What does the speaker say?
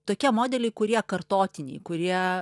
tokie modeliai kurie kartotiniai kurie